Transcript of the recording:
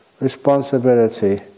responsibility